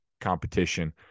competition